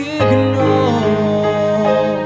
ignore